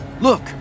Look